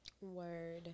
Word